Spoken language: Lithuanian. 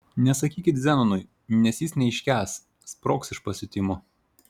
nesakykit zenonui nes jis neiškęs sprogs iš pasiutimo